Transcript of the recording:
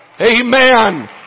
Amen